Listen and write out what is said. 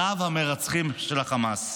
רב-המרצחים של החמאס.